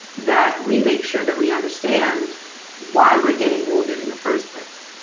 that we make sure that we understand why we're getting wounded in the first place